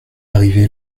arrivé